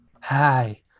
Hi